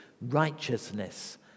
righteousness